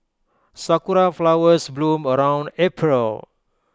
Sakura Flowers bloom around April